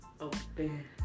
Open